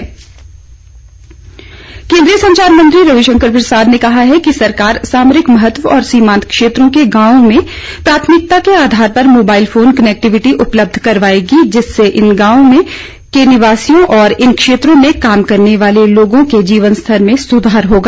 mobile connectivity केन्द्रीय संचार मंत्री रविशंकर प्रसाद ने कहा है कि सरकार सामरिक महत्व और सीमांत क्षेत्रों के गांवों में प्राथमिकता के आधार पर मोबाइल फोन कनेक्टिविटी उपलब्ध कराएगी जिससे इन गांवों के निवासियों और इन क्षेत्रों में काम करने वाले लोगों के जीवनस्तर में सुधार होगा